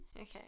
Okay